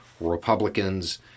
Republicans